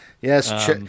Yes